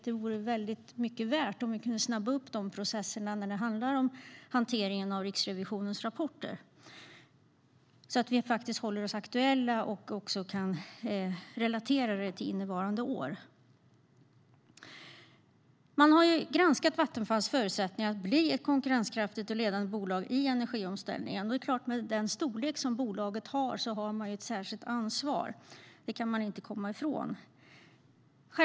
Det vore mycket värt om vi kunde snabba upp processerna när det handlar om hanteringen av Riksrevisionens rapporter, så att vi håller oss aktuella och kan relatera till innevarande år. Man har granskat Vattenfalls förutsättningar att bli ett konkurrenskraftigt och ledande bolag i energiomställningen. Med den storlek som bolaget har är det klart att det har ett särskilt ansvar. Det kan man inte komma ifrån.